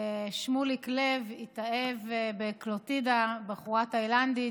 שמוליק לב התאהב בקלוטידה, בחורה תאילנדית.